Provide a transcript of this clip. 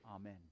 Amen